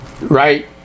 right